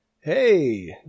hey